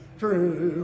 true